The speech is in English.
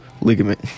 ligament